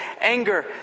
anger